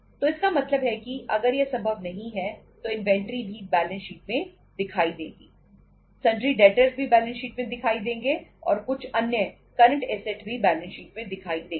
तो इसका मतलब है कि अगर यह संभव नहीं है तो इन्वेंट्री भी बैलेंस शीट में दिखाई देगी सॉन्डरी डेटर्स भी बैलेंस शीट में भी दिखाई देंगे और कुछ अन्य करंट ऐसेट भी बैलेंस शीट में दिखाई देंगे